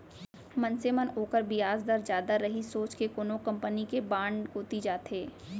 मनसे मन ओकर बियाज दर जादा रही सोच के कोनो कंपनी के बांड कोती जाथें